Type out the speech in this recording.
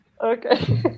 Okay